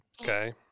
Okay